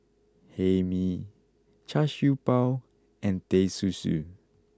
Hae Mee Char Siew Bao and Teh Susu